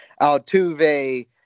Altuve